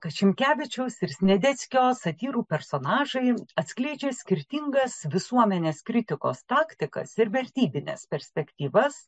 kad šimkevičiaus ir sniadeckio satyrų personažai atskleidžia skirtingas visuomenės kritikos taktikas ir vertybines perspektyvas